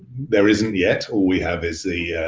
there isn't yet. all we have is the.